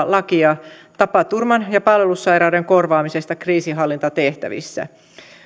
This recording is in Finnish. lakia tapaturman ja palvelussairauden korvaamisesta kriisinhallintatehtävissä